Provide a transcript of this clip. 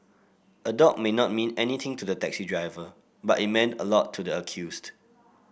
a dog may not mean anything to the taxi driver but it meant a lot to the accused